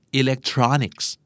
electronics